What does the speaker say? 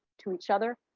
to each other,